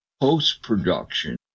post-production